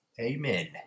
Amen